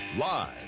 Live